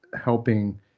helping